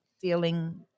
feeling